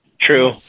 True